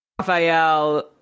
Raphael